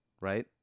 right